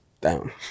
down